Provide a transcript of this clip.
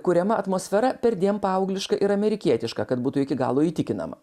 kuriama atmosfera perdėm paaugliška ir amerikietiška kad būtų iki galo įtikinama